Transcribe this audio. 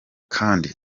kandi